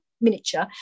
miniature